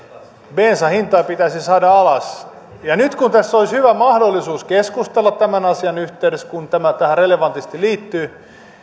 bensan hintaa pitäisi saada alas niin nyt kun tästä olisi hyvä mahdollisuus keskustella tämän asian yhteydessä kun tämä tähän relevantisti liittyy